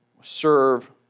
serve